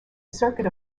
circuit